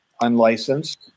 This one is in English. unlicensed